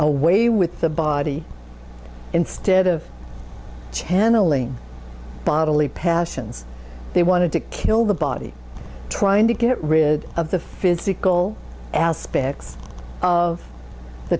away with the body instead of channeling bodily passions they wanted to kill the body trying to get rid of the physical aspects of the